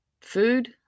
food